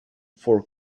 four